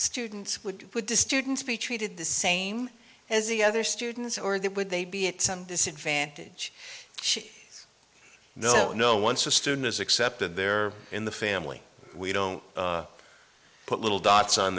students would to students be treated the same as the other students or that would they be at some disadvantage no no once a student is accepted there in the family we don't put little dots on